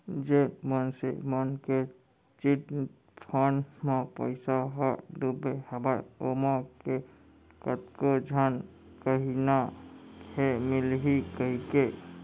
जेन मनसे मन के चिटफंड म पइसा ह डुबे हवय ओमा के कतको झन कहिना हे मिलही कहिके